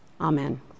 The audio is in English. Amen